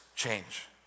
change